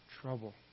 trouble